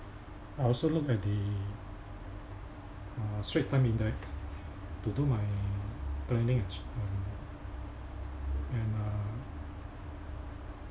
I also look at the uh straits time index to do my planning is~ uh and uh